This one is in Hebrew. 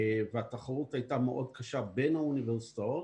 והתחרות הייתה מאוד קשה בין האוניברסיטאות